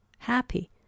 happy